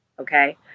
okay